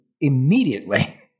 immediately